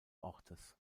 ortes